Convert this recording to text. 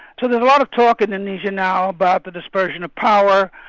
so there's a lot of talk in indonesia now about the dispersion of power,